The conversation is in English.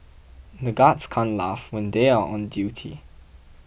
the guards can't laugh when they are on duty